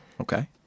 Okay